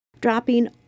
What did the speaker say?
dropping